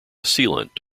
sealant